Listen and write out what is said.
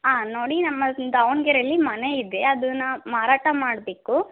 ಹಾಂ ನೋಡಿ ನಮ್ಮ ದಾವಣಗೆರೆಯಲ್ಲಿ ಮನೆ ಇದೆ ಅದನ್ನು ಮಾರಾಟ ಮಾಡಬೇಕು